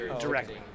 directly